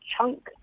chunk